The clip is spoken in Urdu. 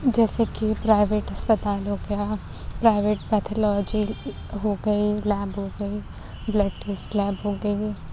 جیسے کہ پرائیویٹ اسپتال ہو گیا پرائیویٹ پیتھالوجی ہو گئی لیب ہو گئی بلڈ ٹیسٹ لیب ہو گئی